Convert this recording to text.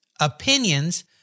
opinions